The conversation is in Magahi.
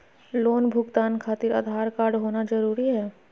लोन भुगतान खातिर आधार कार्ड होना जरूरी है?